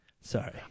sorry